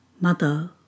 Mother